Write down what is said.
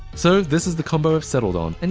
so this is the combo i've settled on, and